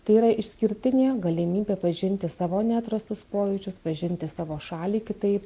tai yra išskirtinė galimybė pažinti savo neatrastus pojūčius pažinti savo šalį kitaip